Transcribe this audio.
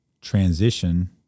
transition